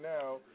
now